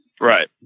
Right